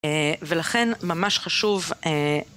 ולכן ממש חשוב